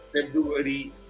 february